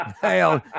hell